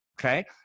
Okay